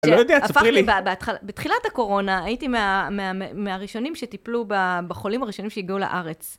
אני לא יודע, תספרי לי. בתחילת הקורונה הייתי מהראשונים שטיפלו בחולים הראשונים שהגיעו לארץ.